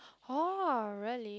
oh really